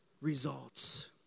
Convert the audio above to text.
results